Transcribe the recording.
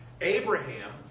Abraham